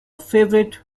favorite